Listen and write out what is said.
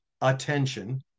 attention